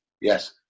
Yes